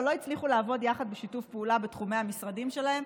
אבל לא הצליחו לעבוד יחד בשיתוף פעולה בתחומי המשרדים שלהם.